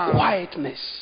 quietness